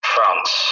France